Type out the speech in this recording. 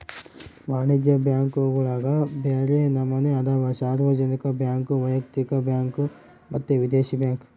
ವಾಣಿಜ್ಯ ಬ್ಯಾಂಕುಗುಳಗ ಬ್ಯರೆ ನಮನೆ ಅದವ, ಸಾರ್ವಜನಿಕ ಬ್ಯಾಂಕ್, ವೈಯಕ್ತಿಕ ಬ್ಯಾಂಕ್ ಮತ್ತೆ ವಿದೇಶಿ ಬ್ಯಾಂಕ್